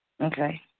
Okay